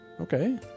Okay